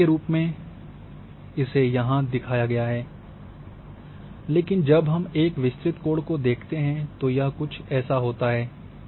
उदाहरण के रूप में इसे यहां दिखाया गया है लेकिन जब हम एक विस्तृत कोण को देखते हैं तो यह कुछ ऐसा होता है